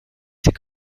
c’est